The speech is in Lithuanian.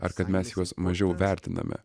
ar kad mes juos mažiau vertiname